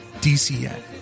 DCN